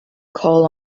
call